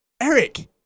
Eric